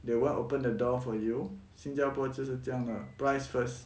they want open the door for you 新加坡就是这样的 price first